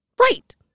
Right